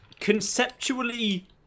conceptually